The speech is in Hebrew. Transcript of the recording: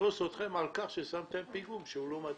על כך ששמתם פיגום לא מתאים.